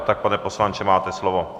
Tak pane poslanče, máte slovo.